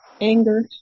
anger